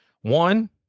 one